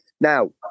Now